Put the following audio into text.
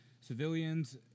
civilians